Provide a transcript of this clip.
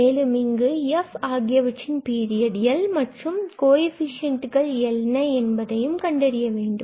மேலும் இங்கு f ஆகியவற்றின் பீரியட் L மற்றும் கோஎஃபிசியண்ட் என்ன என்பதனையும் கண்டறிய வேண்டும்